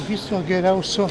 viso geriausio